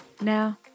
Now